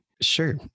Sure